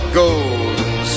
golden